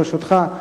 ברשותך,